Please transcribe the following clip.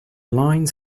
lines